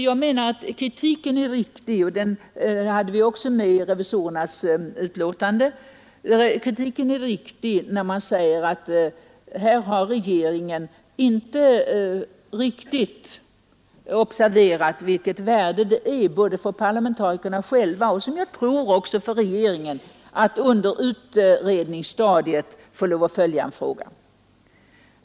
Jag anser att den kritik som framförts är riktig — och det fanns också med i revisorernas utlåtande — som säger att regeringen här inte riktigt har observerat vilket värde det innebär både för parlamentarikerna själva och, tror jag, också för regeringen att under utredningsstadiet få följa en fråga.